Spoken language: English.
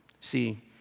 See